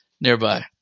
nearby